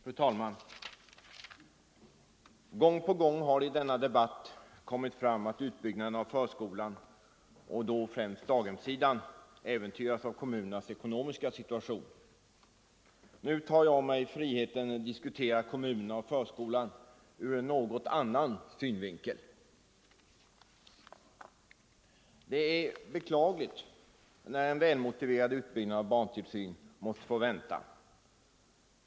Fru talman! Gång på gång har det i denna debatt framkommit att utbyggnaden av förskolan och då främst daghemssidan äventyras av kommunernas ekonomiska situation. Nu tar jag mig friheten att diskutera kommunerna och förskolan ur en något annan synvinkel. Det är beklagligt när en väl motiverad utbyggnad av barntillsynen måste få vänta.